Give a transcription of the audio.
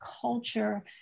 culture